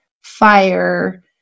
fire